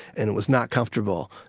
and it was not comfortable.